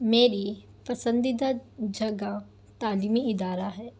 میری پسندیدہ جگہ تعلیمی ادارہ ہے